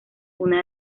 una